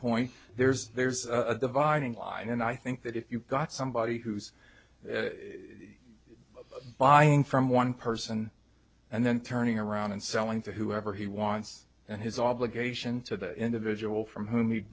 point there's there's a dividing line and i think that if you've got somebody who's buying from one person and then turning around and selling to whoever he wants and his obligation to the individual from who